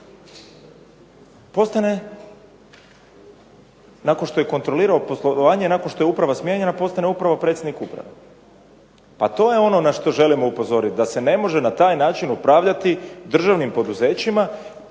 postane nakon što je kontrolirao poslovanje i nakon što je uprava smijenjena postane upravo predsjednik uprave? Pa to je ono na što želimo upozoriti, da se ne može na taj način upravljati državnim poduzećima